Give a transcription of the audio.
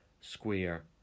square